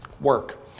work